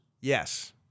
Yes